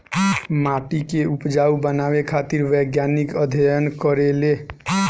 माटी के उपजाऊ बनावे खातिर वैज्ञानिक अध्ययन करेले